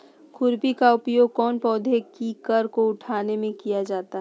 खुरपी का उपयोग कौन पौधे की कर को उठाने में किया जाता है?